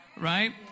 right